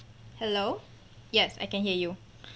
hello yes I can hear you